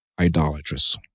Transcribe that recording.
idolatrous